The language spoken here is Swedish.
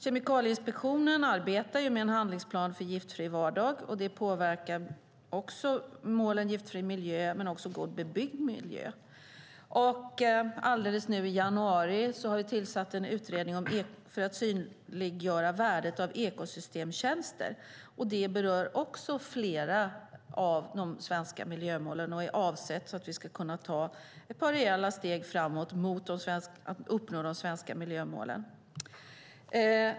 Kemikalieinspektionen arbetar ju med en handlingsplan för giftfri vardag, och det påverkar målen Giftfri miljö och God bebyggd miljö. Nu i januari har vi tillsatt en utredning för att synliggöra värdet av ekosystemtjänster. Det berör också flera av de svenska miljömålen och är avsett för att vi ska kunna ta ett par rejäla steg framåt mot att uppnå de svenska miljömålen.